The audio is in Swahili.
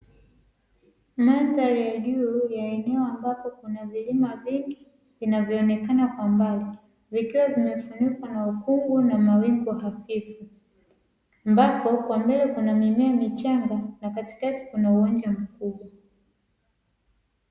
Mandhari ya juu ya eneo ambapo kuna milima vingi vinavyoonekana kwa mbali, vikiwa vimefunikwa na ukungu na mawingu hafifu, ambapo kwa mbele kuna mimea michanga na katikati kuna uwanja mkubwa.